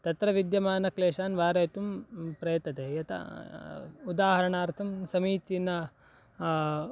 तत्र विद्यमानक्लेशान् वारयितुं प्रयतते यथा उदाहरणार्थं समीचीनं